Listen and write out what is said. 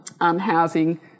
housing